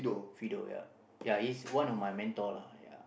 Fido ya ya he's one of my mentor lah ya